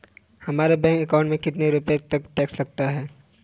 हमारे bank account में कितने रुपये पर टैक्स लग सकता है?